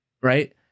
right